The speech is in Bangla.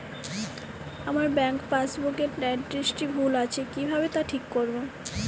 আমার ব্যাঙ্ক পাসবুক এর এড্রেসটি ভুল আছে কিভাবে তা ঠিক করবো?